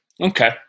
okay